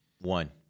One